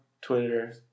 Twitter